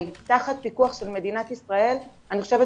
תחת פקוח של מדינת ישראל אני חושבת